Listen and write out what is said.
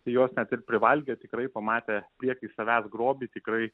jos net ir privalgę tikrai pamatę prieky savęs grobį tikrai